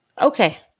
Okay